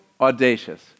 audacious